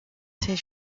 ses